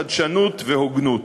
חדשנות והוגנות.